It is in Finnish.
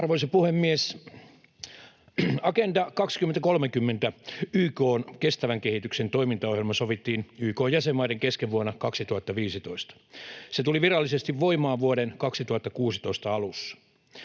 Arvoisa puhemies! Agenda 2030, YK:n kestävän kehityksen toimintaohjelma, sovittiin YK:n jäsenmaiden kesken vuonna 2015. Se tuli virallisesti voimaan vuoden 2016 alussa.